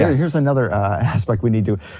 here's another aspect we need to,